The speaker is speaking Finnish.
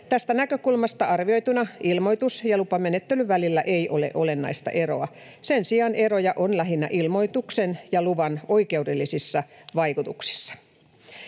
Tästä näkökulmasta arvioituna ilmoitus- ja lupamenettelyn välillä ei ole olennaista eroa. Sen sijaan eroja on lähinnä ilmoituksen ja luvan oikeudellisissa vaikutuksissa.